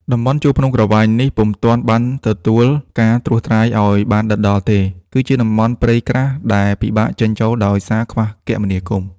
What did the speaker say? តំបន់ជួរភ្នំក្រវាញនេះ ពុំទាន់បានទទួលការត្រួសត្រាយអោយបានដិតដល់ ទេ គឺជាតំបន់ព្រៃក្រាស់ដែលពិបាកចេញចូលដោយសារខ្វះគមនាគមន៍ ។